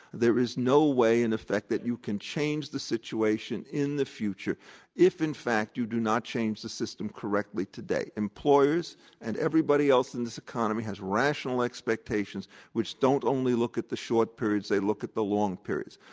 there is no way in effect that you can change the situation in the future if in fact you do not change the system correctly today. employers and everybody else in this economy has rational expectations which don't only look at the short periods, they look at the long periods.